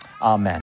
Amen